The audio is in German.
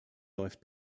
läuft